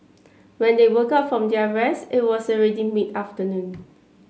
when they woke up from their rest it was already mid afternoon